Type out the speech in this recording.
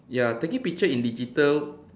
ya taking picture in digital